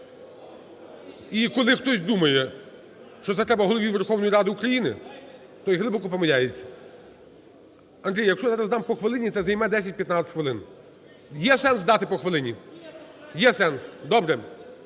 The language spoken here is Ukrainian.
і коли хтось думає, що це треба Голові Верховної Ради України, той глибоко помиляється. Андрій, якщо я зараз дам по хвилині, це займе 10-15 хвилин. Є сенс дати по хвилині? Є сенс. Добре!